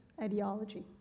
ideology